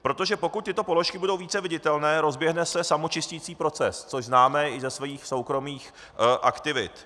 Protože pokud tyto položky budou více viditelné, rozběhne se samočisticí proces, což známe i ze svých soukromých aktivit.